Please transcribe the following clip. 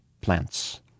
plants